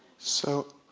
so,